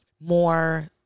more